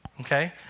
Okay